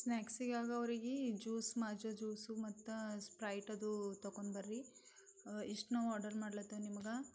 ಸ್ನ್ಯಾಕ್ಸಿಗಾಗಿ ಅವರಿಗೆ juice Maaza juice ಮತ್ತು ಸ್ಪ್ರೈಟದು ತೊಗೊಂಡ್ಬರ್ರಿ ಇಷ್ಟು ನಾವು ಆರ್ಡರ್ ಮಾಡ್ಲತ್ತೇವೆ ನಿಮ್ಗೆ